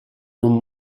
non